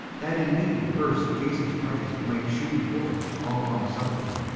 that in me first jesus christ might shew forth all longsuffering,